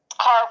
car